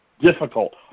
difficult